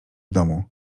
domu